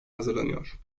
hazırlanıyor